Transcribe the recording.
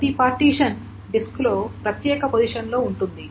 ప్రతి పార్టిషన్ డిస్క్లో ప్రత్యేక పొజిషన్ లో ఉంటుంది